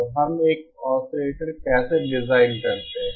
तो हम एक ऑसिलेटर कैसे डिजाइन करते हैं